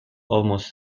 almost